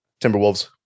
Timberwolves